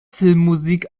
filmmusik